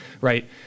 right